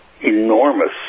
enormous